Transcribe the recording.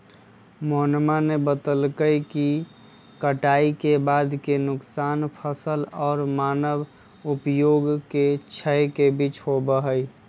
मोहनवा ने बतल कई कि कटाई के बाद के नुकसान फसल और मानव उपभोग के क्षण के बीच होबा हई